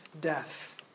death